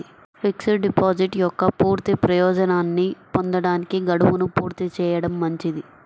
fixed deposit యొక్క పూర్తి ప్రయోజనాన్ని పొందడానికి, గడువును పూర్తి చేయడం మంచిది